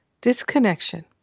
disconnection